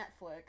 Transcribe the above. Netflix